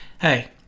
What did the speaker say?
hey